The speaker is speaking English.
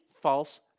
false